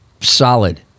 solid